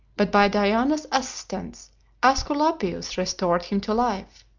but by diana's assistance aesculapius restored him to life.